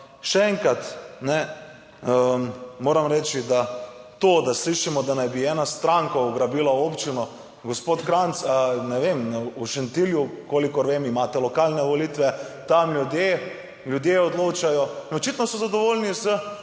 Še enkrat, moram reči, da to, da slišimo, da naj bi ena stranka ugrabila občino, gospod Kranjc, ne vem, v Šentilju kolikor vem, imate lokalne volitve, tam ljudje odločajo in očitno so zadovoljni s